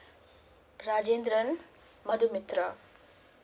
rajendran madu mitra